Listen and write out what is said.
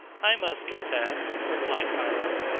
i must confess, replied philo,